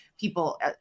people